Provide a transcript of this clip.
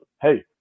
Hey